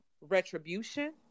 retribution